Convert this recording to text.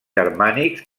germànics